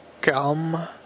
gum